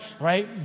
right